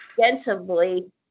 extensively